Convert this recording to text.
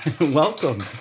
Welcome